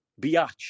biatch